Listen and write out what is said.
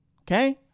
okay